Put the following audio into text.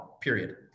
period